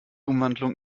umwandlung